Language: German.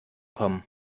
kommen